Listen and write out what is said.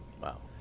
Wow